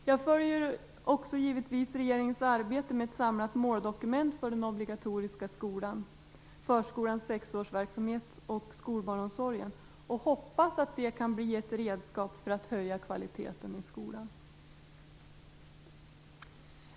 Jag följer givetvis också regeringens arbete med ett samlat måldokument för den obligatoriska skolan, förskolans sexårsverksamhet och skolbarnomsorgen, och hoppas att det kan bli ett redskap för att höja kvaliteten i skolan.